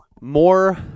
more